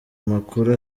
amakuru